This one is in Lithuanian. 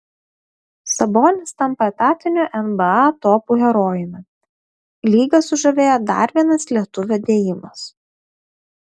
sabonis tampa etatiniu nba topų herojumi lygą sužavėjo dar vienas lietuvio dėjimas